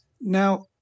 Now